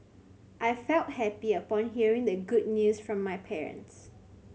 I felt happy upon hearing the good news from my parents